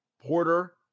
Porter